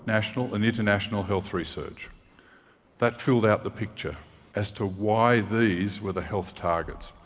national and international health research that filled out the picture as to why these were the health targets.